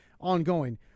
ongoing